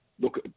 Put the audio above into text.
look